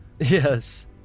Yes